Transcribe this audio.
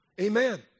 Amen